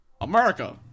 America